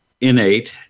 innate